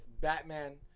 Batman